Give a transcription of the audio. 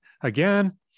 Again